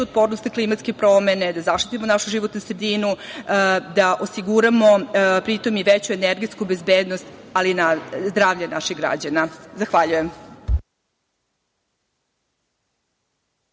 otpornost na klimatske promene, da zaštitimo našu životnu sredinu, da osiguramo i veću energetsku bezbednost ili i zdravlje naših građana. Hvala.